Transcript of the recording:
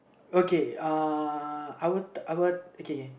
okay uh I would I would okay okay